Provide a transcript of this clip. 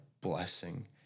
blessing